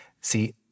See